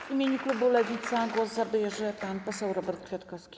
W imieniu klubu Lewica głos zabierze pan poseł Robert Kwiatkowski.